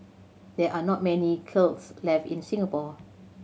there are not many kilns left in Singapore